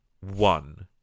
One